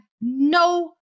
no